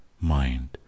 mind